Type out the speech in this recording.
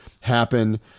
happen